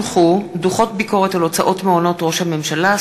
דוחות ביקורת על הוצאות מעונות ראש הממשלה,